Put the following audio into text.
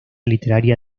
literaria